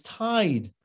tied